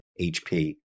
HP